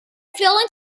failing